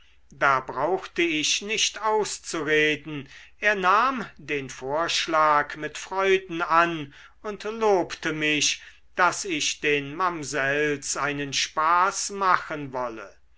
da brauchte ich nicht auszureden er nahm den vorschlag mit freuden an und lobte mich daß ich den mamsells einen spaß machen wolle